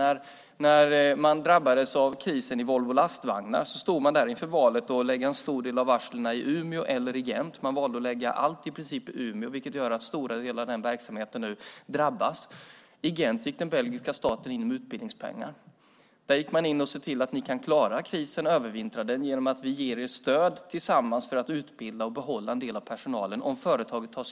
När Volvo Lastvagnar drabbades av krisen stod man inför valet att lägga en stor del av varslen antingen i Umeå eller i Gent. Man valde att lägga i princip alla varsel i Umeå vilket gör att stora delar av den verksamheten nu drabbas. I Gent gick den belgiska staten in med utbildningspengar för att företaget, om det tog sitt ansvar, skulle klara krisen och kunna övervintra. Staten gick in med stödpengar för att man skulle kunna utbilda och behålla en del av personalen.